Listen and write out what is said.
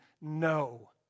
No